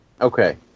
Okay